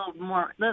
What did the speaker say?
more